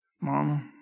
Mama